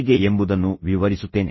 ಹೇಗೆ ಎಂಬುದನ್ನು ವಿವರಿಸುತ್ತೇನೆ